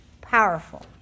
Powerful